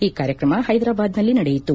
ಈ ಕಾರ್ಯಕ್ರಮ ಹೈದರಾಬಾದ್ನಲ್ಲಿ ನಡೆಯಿತು